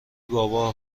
بابا